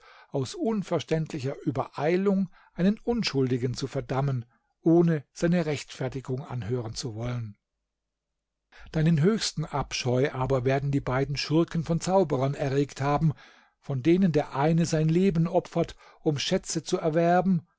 aus unverständlicher übereilung einen unschuldigen zu verdammen ohne seine rechtfertigung anhören zu wollen deinen höchsten abscheu aber werden die beiden schurken von zauberern erregt haben von denen der eine sein leben opfert um schätze zu erwerben